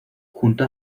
junto